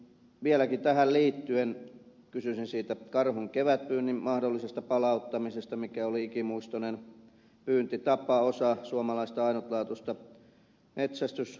vieläkin tähän liittyen kysyisin siitä karhun kevätpyynnin mahdollisesta palauttamisesta mikä oli ikimuistoinen pyyntitapa osa suomalaista ainutlaatuista metsästyskulttuuria